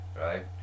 Right